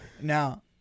Now